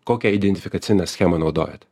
kokią identifikacinę schemą naudojat